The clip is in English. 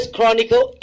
Chronicle